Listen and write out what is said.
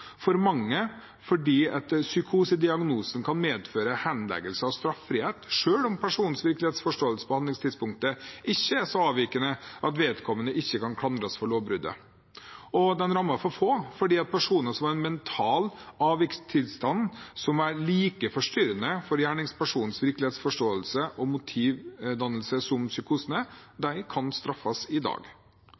for mange fordi psykosediagnosen kan medføre henleggelse av straffrihet selv om personens virkelighetsforståelse på handlingstidspunktet ikke er så avvikende at vedkommende ikke kan klandres for lovbruddet. Den rammer for få fordi personer som har en mental avvikstilstand som er like forstyrrende for gjerningspersonens virkelighetsforståelse og motivdannelse som psykosen er, kan straffes i dag.